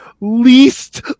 least